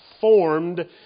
formed